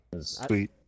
sweet